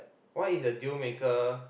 what is a deal maker